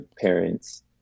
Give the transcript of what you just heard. parents